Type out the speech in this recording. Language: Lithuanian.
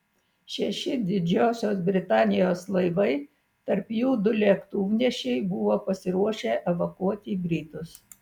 šeši didžiosios britanijos laivai tarp jų du lėktuvnešiai buvo pasiruošę evakuoti britus